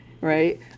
Right